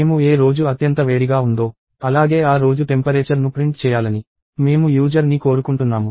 మేము ఏ రోజు అత్యంత వేడిగా ఉందో అలాగే ఆ రోజు టెంపరేచర్ ను ప్రింట్ చేయాలని మేము యూజర్ ని కోరుకుంటున్నాము